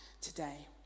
today